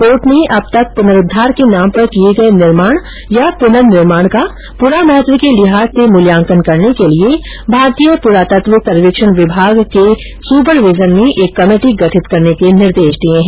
court ने अब तक पुनरुद्वार के नाम पर किए गए निर्माण या पुनर्निर्माण का पुरा महत्व के लिहाज से मूल्यांकन करने के लिए भारतीय पुरातत्व सर्वेक्षण एएसआई विभाग के सुपरविजन में एक कमेटी गठित करने के निर्देश दिए है